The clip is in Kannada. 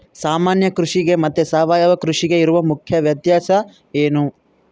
ಸಾಮಾನ್ಯ ಕೃಷಿಗೆ ಮತ್ತೆ ಸಾವಯವ ಕೃಷಿಗೆ ಇರುವ ಮುಖ್ಯ ವ್ಯತ್ಯಾಸ ಏನು?